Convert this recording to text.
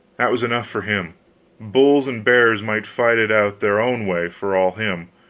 that was enough for him bulls and bears might fight it out their own way for all him,